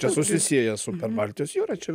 čia susisieja su per baltijos jūra čia